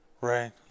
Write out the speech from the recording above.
Right